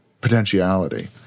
potentiality